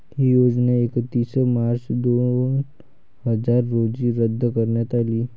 ही योजना एकतीस मार्च दोन हजार रोजी रद्द करण्यात आली